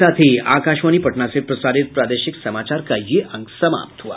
इसके साथ ही आकाशवाणी पटना से प्रसारित प्रादेशिक समाचार का ये अंक समाप्त हुआ